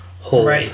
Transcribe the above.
hold